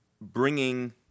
bringing